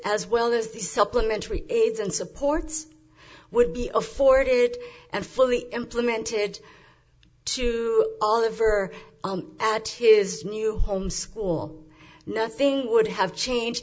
as well as the supplementary aids and supports would be afforded and fully implemented to all of her own at his new home school nothing would have changed